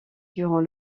durant